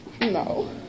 No